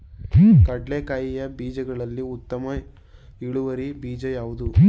ಕಡ್ಲೆಕಾಯಿಯ ಬೀಜಗಳಲ್ಲಿ ಉತ್ತಮ ಇಳುವರಿ ಬೀಜ ಯಾವುದು?